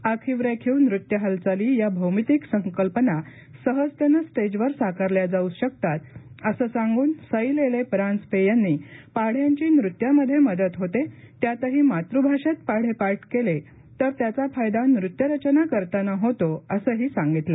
आखीव रेखीव नृत्य हालचाली या भौमितिक संकल्पना सहजतेने स्पोजवर साकारल्या जाऊ शकतात असे सांग्रन सई लेले परांजपे यांनी पाढ्यांची नृत्यामध्ये मदत होते त्यातही मातुभाषेत पाढे पाठ केले तर त्याचा फायदा नृत्य रचना करताना होतो असेही सांगितले